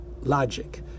logic